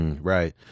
right